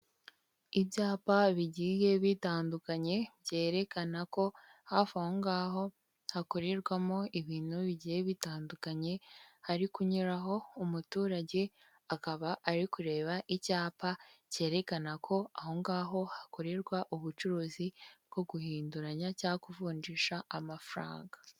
Ibyapa bigiye bitandukanye byerekana ko hafi aho ngaho hakorerwamo ibintu bigiye bitandukanye, hari kunyuraho umuturage akaba ari kureba icyapa cyerekana ko aho ngaho hakorerwa ubucuruzi bwo guhinduranya cyangwa kuvunjisha amafaranga.